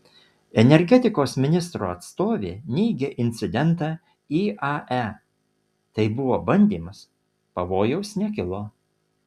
energetikos ministro atstovė neigia incidentą iae tai buvo bandymas pavojaus nekilo